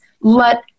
let